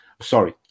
sorry